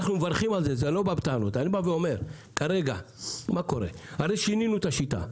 אנחנו מברכים על זה, אבל הרי שינינו את השיטה.